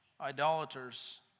idolaters